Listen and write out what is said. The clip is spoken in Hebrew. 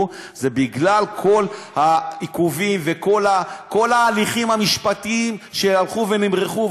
זה כל העיכובים וכל ההליכים המשפטיים שהלכו ונמרחו,